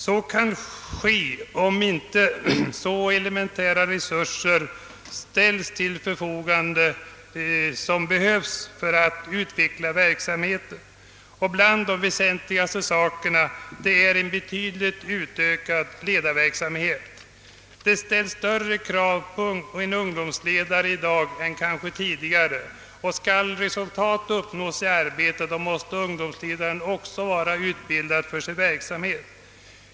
Så kan ske om inte de elementära resurser ställs till deras förfogande som behövs för att utveckla verksamheten. Till de mest väsentliga åtgärderna hör att åstadkomma en betydligt utökad ledarutbildning. Det ställs större krav på en ungdomsledare i dag än kanske tidigare. Om resultat skall uppnås i arbetet, måste en ungdomsledare också vara utbildad för sin uppgift.